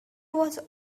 was